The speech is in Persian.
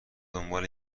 دنبال